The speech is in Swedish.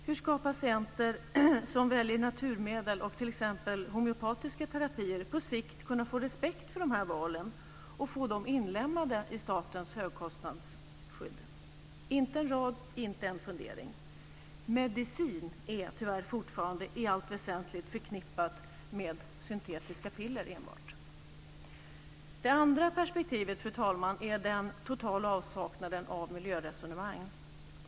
Hur ska patienter som väljer naturmedel och t.ex. homeopatiska terapier på sikt kunna få respekt för de här valen och få dem inlemmade i statens högkostnadsskydd? Det finns inte en rad och inte en fundering. Medicin är tyvärr fortfarande i allt väsentligt förknippat med enbart syntetiska piller. Det andra perspektivet, fru talman, är den totala avsaknaden av miljöresonemang.